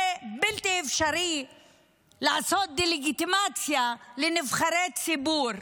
בלתי אפשרי לעשות דה-לגיטימציה לנבחרי ציבור,